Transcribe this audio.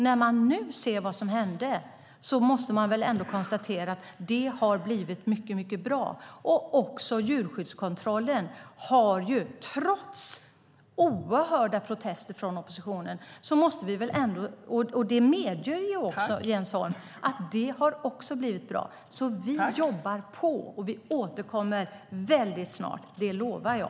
När man nu ser vad som hände måste man väl ändå konstatera att det har blivit mycket bra. Även djurskyddskontrollen har, trots oerhörda protester från oppositionen, blivit bra - vilket Jens Holm också medger. Vi jobbar på, och vi återkommer väldigt snart. Det lovar jag.